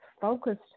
focused